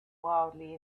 wildly